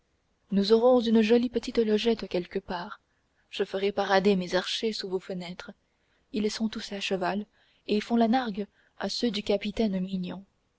nous aurons une jolie petite logette quelque part je ferai parader mes archers sous vos fenêtres ils sont tous à cheval et font la nargue à ceux du capitaine mignon